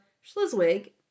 Schleswig